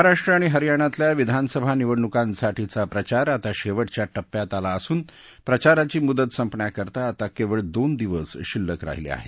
महाराष्ट्र आणि हरियाणातल्या विधानसभा निवडणूकांसाठीचा प्रचार आता शेवटच्या टप्प्यात आला असून प्रचाराची मुदत संपण्याकरता आता केवळ दोन दिवस शिल्लक राहिले आहेत